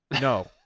No